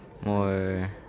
more